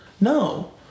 no